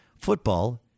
football